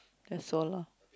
that's all lah